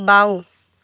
বাওঁ